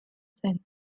zen